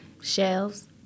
Shelves